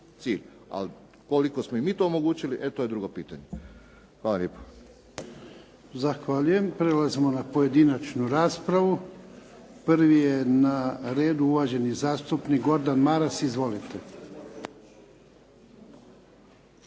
ali koliko smo im mi to omogućili, e to je drugo čitanje. Hvala lijepo. **Jarnjak, Ivan (HDZ)** Zahvaljujem. Prelazimo na pojedinačnu raspravu. Prvi je na redu uvaženi zastupnik Gordan Maras. Izvolite. **Maras,